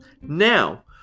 Now